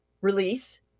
release